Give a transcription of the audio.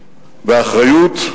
באחריות,